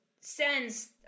sends